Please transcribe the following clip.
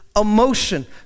emotion